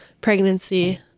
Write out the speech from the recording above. pregnancy